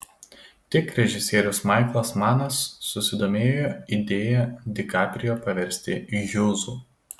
tik režisierius maiklas manas susidomėjo idėja di kaprijo paversti hjūzu